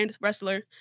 wrestler